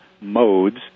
modes